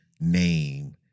name